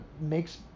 makes